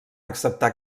acceptar